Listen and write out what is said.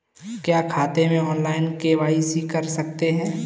क्या खाते में ऑनलाइन के.वाई.सी कर सकते हैं?